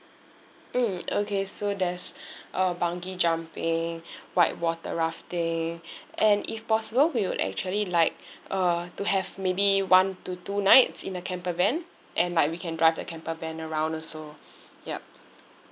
mm okay so there's uh bungee jumping white water rafting and if possible we would actually like uh to have maybe one two two nights in a camper van and like we can drive the camper van around also yup